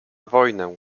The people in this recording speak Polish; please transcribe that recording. wojnę